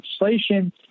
legislation